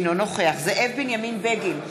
אינו נוכח זאב בנימין בגין,